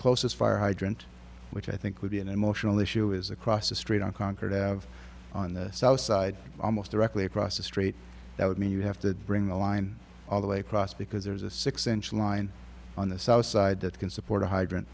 closest fire hydrant which i think would be an emotional issue is across the street on concord have on the south side almost directly across the street that would mean you have to bring a line all the way across because there's a six inch line on the south side that can support a hydrant